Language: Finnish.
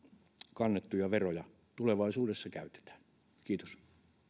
kannettuja veroja tulevaisuudessa käytetään kiitos